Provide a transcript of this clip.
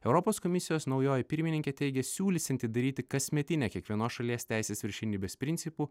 europos komisijos naujoji pirmininkė teigė siūlysianti daryti kasmetinę kiekvienos šalies teisės viršenybės principų